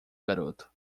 garoto